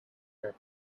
that